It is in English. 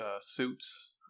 suits